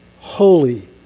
holy